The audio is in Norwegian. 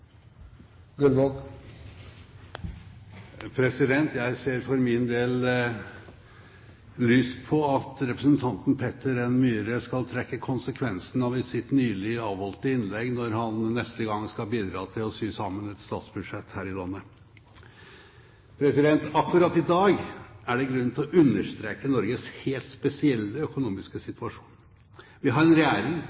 Jeg ser for min del lyst på at representanten Peter N. Myhre skal trekke konsekvensen av sitt nylig avholdte innlegg, når han neste gang skal bidra til å sy sammen et statsbudsjett her i landet. Akkurat i dag er det grunn til å understreke Norges helt spesielle økonomiske